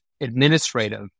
administrative